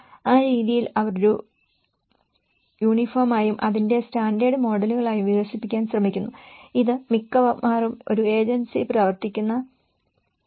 ആ രീതിയിൽ അവർ ഒരു യൂണിഫോമായും അതിന്റെ സ്റ്റാൻഡേർഡ് മോഡലുകളായും വികസിപ്പിക്കാൻ ശ്രമിക്കുന്നു ഇത് മിക്കവാറും ഒരു ഏജൻസി പ്രവർത്തിക്കുന്ന പ്രക്രിയയാണ്